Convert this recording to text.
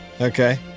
Okay